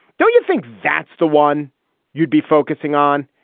don't you think that's the one you'd be focusing on?